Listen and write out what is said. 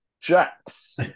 Jax